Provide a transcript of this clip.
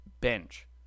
bench